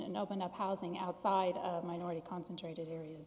and open up housing outside of minority concentrated area